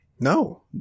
No